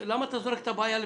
ויש מעלית בבית הספר,